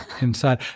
inside